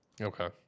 Okay